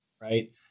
right